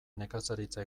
nekazaritza